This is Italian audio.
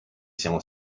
siamo